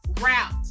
route